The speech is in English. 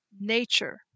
nature